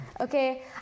okay